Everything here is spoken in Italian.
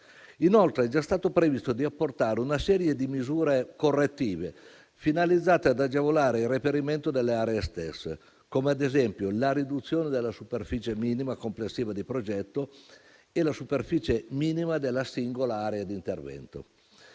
Inoltre, è già stato previsto di apportare una serie di misure correttive finalizzate ad agevolare il reperimento delle aree stesse, come, ad esempio, la riduzione della superficie minima complessiva di progetto e la superficie minima della singola area di intervento.